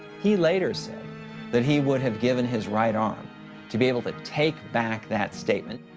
he later said that he would have given his right arm to be able to take back that statement.